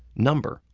number,